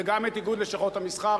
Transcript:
וגם את איגוד לשכות המסחר,